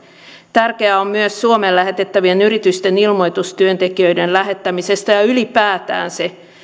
tärkeää on myös suomeen lähettävien yritysten ilmoitus työntekijöiden lähettämisestä ja ylipäätään se